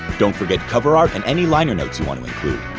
don't forget cover art and any liner notes you want to include.